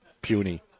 puny